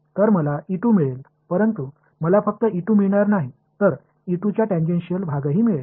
तर मला मिळेल परंतु मला फक्त मिळणार नाही तर चा टँजेन्शिअल भागही मिळेल